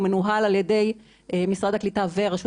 הוא מנוהל על ידי משרד הקליטה ורשות